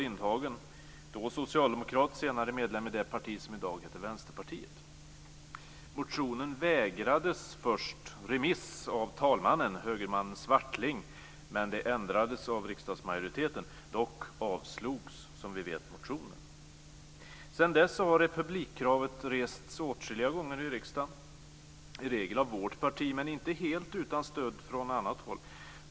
Lindhagen, då socialdemokrat, senare medlem i det parti som i dag heter Vänsterpartiet. Motionen vägrades först remiss av talmannen, högermannen Swartling, men det ändrades av riksdagsmajoriteten. Dock avslogs, som vi vet, motionen. Sedan dess har republikkravet rests åtskilliga gånger i riksdagen, i regel av vårt parti, men inte helt utan stöd från annat håll.